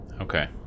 okay